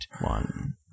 one